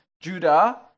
Judah